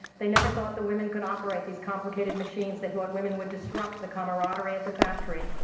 they never thought the women could operate these complicated machines. they thought women would disrupt the camaraderie at the factory.